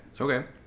Okay